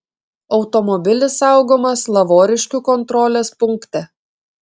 automobilis saugomas lavoriškių kontrolės punkte